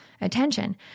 attention